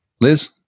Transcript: Liz